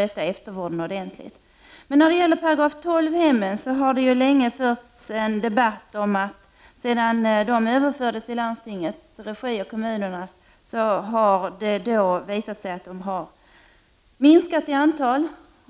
att eftervården kan skötas ordentligt. När det gäller § 12-hemmen har det länge förts en debatt om att dessa hem, sedan de överfördes till landstingens och kommunernas regi, har minskat i antal.